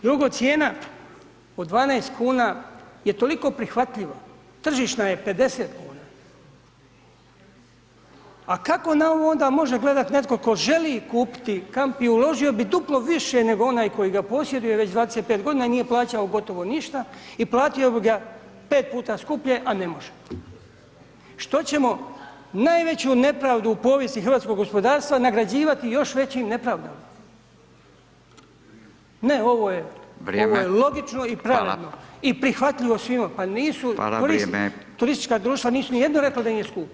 Drugo, cijena od 12,00 kn je toliko prihvatljiva, tržišna je 50,00 kn, a kako na ovo onda može gledat netko tko želi kupiti kamp i uložio bi duplo više nego onaj koji ga posjeduje već 25.g. i nije plaćao gotovo ništa i platio bi ga 5 puta skuplje, a ne može, što ćemo najveću nepravdu u povijesti hrvatskog gospodarstva nagrađivati još većim nepravdama, ne ovo je [[Upadica: Vrijeme]] ovo je logično i pravedno [[Upadica: Fala]] i prihvatljivo svima, pa nisu [[Upadica: Fala, vrijeme]] turistička društva nisu nijedna rekla da im je skupo.